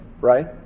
right